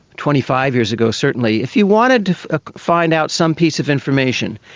twenty five years ago certainly, if you wanted to ah find out some piece of information,